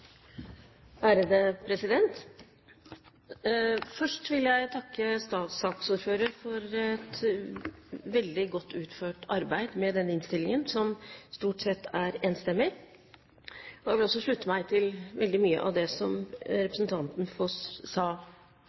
for et veldig godt utført arbeid med denne innstillingen, som stort sett er enstemmig. Jeg vil også slutte meg til veldig mye av det han sa. Som